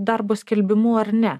darbo skelbimu ar ne